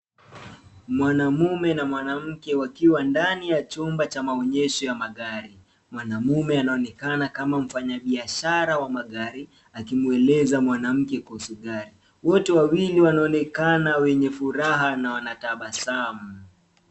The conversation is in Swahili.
Mwanaume na mwanamke wakiwa ndani ya chumba cha maonyesho cha magari. Mwanaume anaonekana kama mfanya biashara wa magari akimweleza mwanamke kuhusu gari. Wote wawili wanaonekana wenye furaha na wana tabasamu.